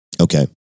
Okay